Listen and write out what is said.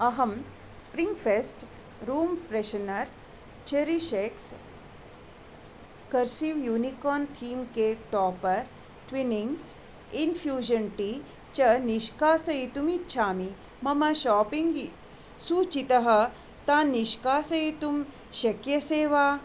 अहं spring fest room freshener cherishex cursive unicorn theme cake topper Twinings infusion tea च निष्कासयितुम् इच्छामि मम शाप्पिङ्ग् सूचीतः तान् निष्कासयितुं शक्यसे वा